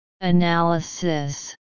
Analysis